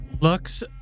Lux